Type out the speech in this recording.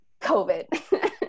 COVID